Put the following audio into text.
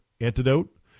antidote